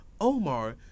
Omar